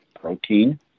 protein